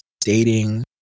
dating